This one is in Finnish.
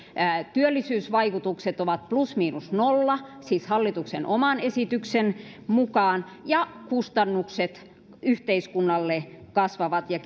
työllisyysvaikutukset ovat plus miinus nolla siis hallituksen oman esityksen mukaan ja kustannukset yhteiskunnalle kasvavat ja